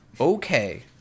okay